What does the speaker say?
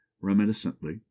reminiscently